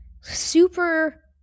super